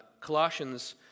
Colossians